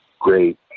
great